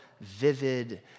vivid